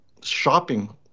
shopping